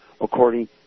according